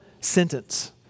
sentence